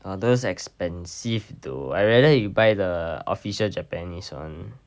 oh those expensive though I rather you buy the official japanese one